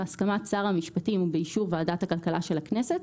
בהסכמת שר המשפטים ובאישור ועדת הכלכלה של הכנסת,